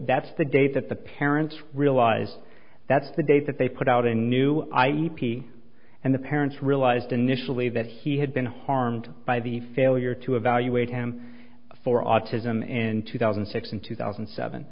that's the date that the parents realized that's the date that they put out a new i e p and the parents realized initially that he had been harmed by the failure to evaluate him for autism in two thousand and six and two thousand and seven